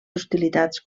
hostilitats